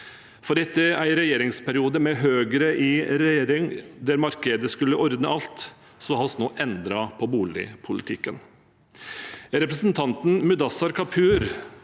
for etter en regjeringsperiode med Høyre i regjering, der markedet skulle ordne alt, har vi nå endret på boligpolitikken.